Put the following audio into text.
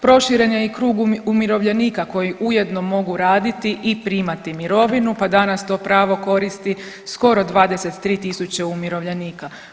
Proširen je i krug umirovljenika koji ujedno mogu raditi i primati mirovinu pa danas to pravo koristi skoro 23 tisuće umirovljenika.